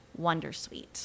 Wondersuite